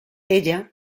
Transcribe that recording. ella